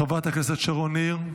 חברת הכנסת שרון ניר,